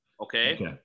Okay